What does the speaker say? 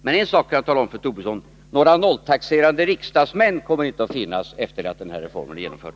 Men en sak kan jag tala om för Lars Tobisson: Några nolltaxerande riksdagsmän kommer det inte att finnas efter det att denna reform är genomförd.